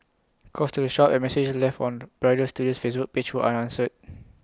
calls to the shop and messages left on bridal studio's Facebook page were unanswered